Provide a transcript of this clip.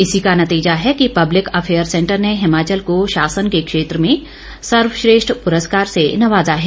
इसी का नतीजा है कि पब्लिक अफेयर सेंटर ने हिमाचल को शासन के क्षेत्र में सर्वश्रेष्ठ प्रस्कार से नवाजा है